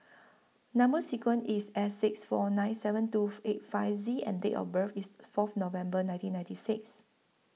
Number sequence IS S six four nine seven two eight five Z and Date of birth IS Fourth November nineteen ninety six